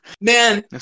man